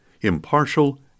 impartial